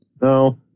No